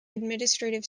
administrative